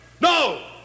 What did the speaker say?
No